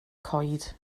coed